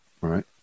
Right